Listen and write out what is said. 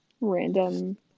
random